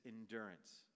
endurance